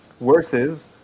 versus